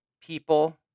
people